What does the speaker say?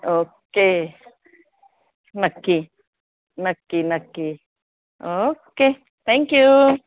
okay नक्की नक्की नक्की ओक्के थँक्यू